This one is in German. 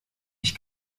ich